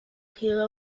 hero